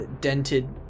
dented